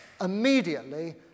immediately